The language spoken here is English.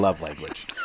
language